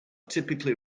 typically